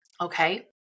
okay